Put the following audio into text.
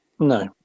No